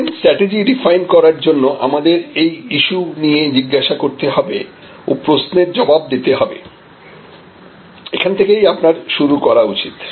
CRM strategy define করার জন্য আমাদের এই ইস্যু নিয়ে জিজ্ঞাসা করতে হবে ও প্রশ্নের জবাব দিতে হবে এখান থেকে আপনার শুরু করা উচিত